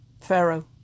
Pharaoh